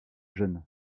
jeune